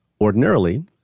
Ordinarily